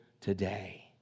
today